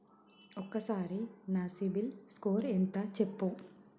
ఒక్కసారి నా సిబిల్ స్కోర్ ఎంత చెప్పు?